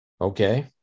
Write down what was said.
Okay